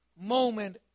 moment